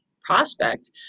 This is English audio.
prospect